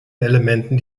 elementen